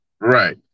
right